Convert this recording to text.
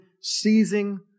seizing